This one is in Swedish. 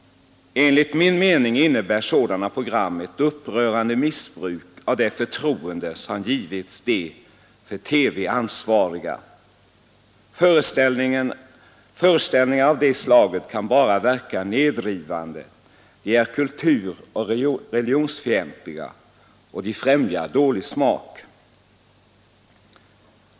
Enligt min mening innebär sådana program ett upprörande missbruk av det förtroende som givits de för TV ansvariga. Föreställningar av det slaget kan bara verka nedrivande, de är kulturoch religionsfientliga och de främjar dålig smak.